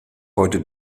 heute